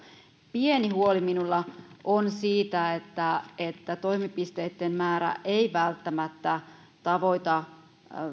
pieni huoli minulla on siitä että että toimipisteitten määrä ei välttämättä tavoita